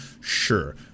sure